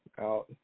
out